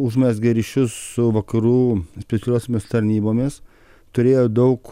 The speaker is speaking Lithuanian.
užmezgė ryšius su vakarų specialiosiomis tarnybomis turėjo daug